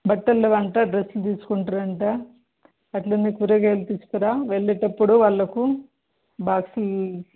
బట్టలు అంట డ్రెస్సులు తీసుకుంటారంటా అట్ల మీ కూరగాయలు తీసుకురా వెళ్ళేటప్పుడు వాళ్ళకు బాక్సులు